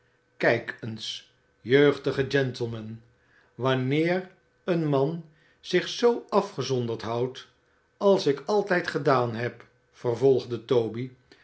kijk eens jeugdige gentleman wanneer een man zich zoo afgezonderd houdt als ik altijd gedaan heb vervolgde toby